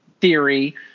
theory